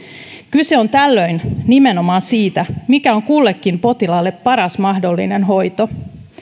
kyse on tällöin nimenomaan siitä mikä on kullekin potilaalle paras mahdollinen hoito